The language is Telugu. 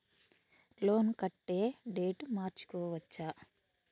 లోన్ కట్టే డేటు మార్చుకోవచ్చా?